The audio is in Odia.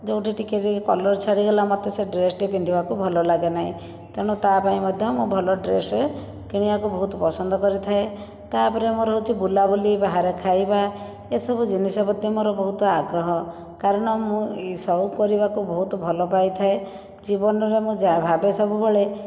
ଯେଉଁଠି ଟିକେ କଲର୍ ଛାଡ଼ିଗଲା ମୋତେ ସେ ଡ୍ରେସ୍ଟି ପିନ୍ଧିବାକୁ ଭଲ ଲାଗେ ନାହିଁ ତେଣୁ ତା ପାଇଁ ମଧ୍ୟ ମୁଁ ଭଲ ଡ୍ରେସ୍ କିଣିବାକୁ ବହୁତ ପସନ୍ଦ କରିଥାଏ ତା ପରେ ମୋର ହେଉଛି ବୁଲା ବୁଲି ବାହାରେ ଖାଇବା ଏସବୁ ଜିନିଷ ପ୍ରତି ମୋର ବହୁତ ଅଗ୍ରହ କାରଣ ମୁଁ ଇ ସଉକ କରିବାକୁ ବହୁତ ଭଲ ପାଇଥାଏ ଜୀବନରେ ମୁଁ ଯା ଭାବେ ସବୁବେଳେ